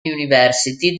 university